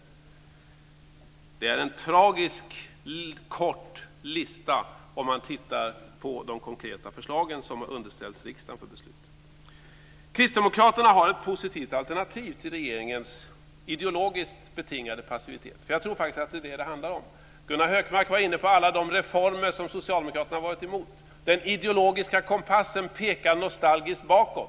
Det är en tragiskt kort lista om man tittar på de konkreta förslagen som har underställts riksdagen för beslut. Kristdemokraterna har ett positivt alternativ till regeringens ideologiskt betingade passivitet. Jag tror faktiskt att det är detta det handlar om. Gunnar Hökmark var inne på alla de reformer som Socialdemokraterna har varit emot. Den ideologiska kompassen pekar nostalgiskt bakåt.